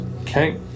Okay